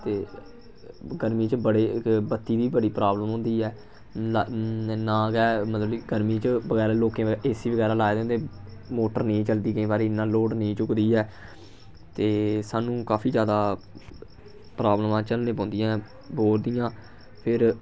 ते गर्मी च बड़े बत्ती दी बड़ी प्राबलम होंदी ऐ नां नां गै मतलब कि गर्मी च बगैरा लोकें ए सी बगैरा लाए दे होंदे मोटर नेईं चलदी केईं बारी इ'न्ना लोड नेईं चुक्कदी ऐ ते सानूं काफी जैदा प्राबलमां झल्लने पौंदियां बोर दियां फिर